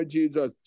Jesus